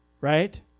right